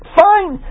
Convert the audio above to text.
fine